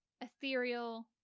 ethereal